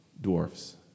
dwarfs